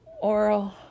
Oral